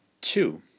Two